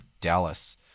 Dallas